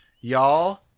y'all